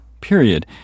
period